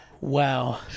wow